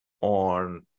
on